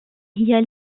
hier